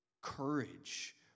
courage